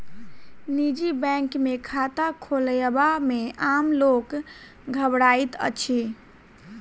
निजी बैंक मे खाता खोलयबा मे आम लोक घबराइत अछि